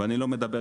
אני לא מדבר,